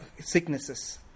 sicknesses